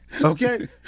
Okay